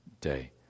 day